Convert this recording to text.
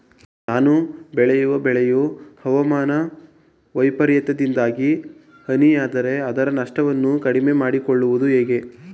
ನಾನು ಬೆಳೆಯುವ ಬೆಳೆಯು ಹವಾಮಾನ ವೈಫರಿತ್ಯದಿಂದಾಗಿ ಹಾನಿಯಾದರೆ ಅದರ ನಷ್ಟವನ್ನು ಕಡಿಮೆ ಮಾಡಿಕೊಳ್ಳುವುದು ಹೇಗೆ?